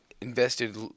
invested